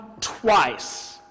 twice